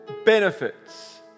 benefits